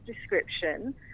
description